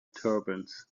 turbans